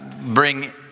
bring